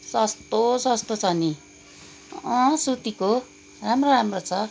सस्तो सस्तो छ नि अँ सुतीको राम्रो राम्रो छ